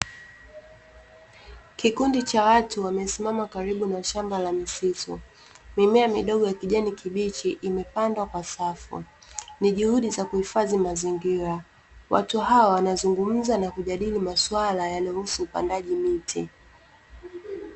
Kikundi cha watu wamesimama karibu na shamba la misitu. Mimea midogo ya kijani kibichi, imepandwa kwa safu. Ni juhudi za kuhifadhi mazingira. Watu hawa wanazungumza na kujadili maswala ya yanayohusu upandaji miti.